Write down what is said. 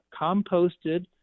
composted